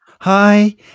Hi